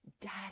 daddy